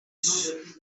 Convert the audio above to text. sup